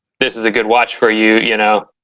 this is a good watch for you. you know,